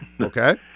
Okay